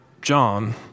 John